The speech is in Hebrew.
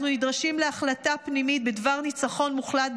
אנחנו נדרשים להחלטה פנימית בדבר ניצחון מוחלט,